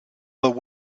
but